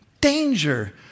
danger